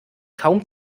kaum